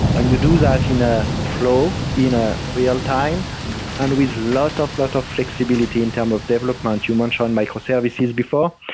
and you do that in a flow, in a real-time and with lot of, lot of flexibility in term of development you mentioned microservices before.